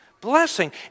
Blessing